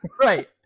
Right